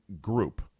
group